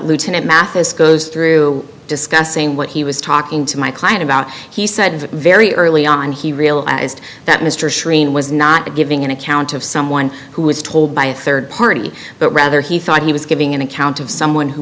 lieutenant mathis goes through discussing what he was talking to my client about he said it very early on he realized that no it was not giving an account of someone who was told by a third party but rather he thought he was giving an account of someone who